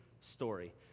story